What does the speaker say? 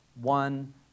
one